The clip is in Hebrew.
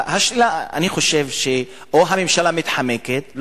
אני חושב שאו שהממשלה מתחמקת,